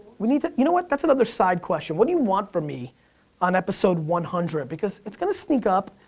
we need to, you know what, that's another side question. what do you want from me on episode one hundred? because it's gonna sneak up.